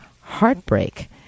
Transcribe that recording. heartbreak